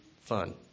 fun